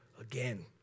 again